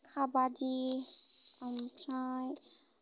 खाबादि ओमफ्राइ